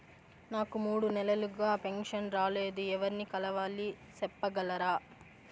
నాకు మూడు నెలలుగా పెన్షన్ రాలేదు ఎవర్ని కలవాలి సెప్పగలరా?